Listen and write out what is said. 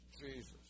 Jesus